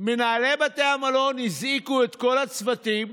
מנהלי בתי המלון הזעיקו את כל הצוותים,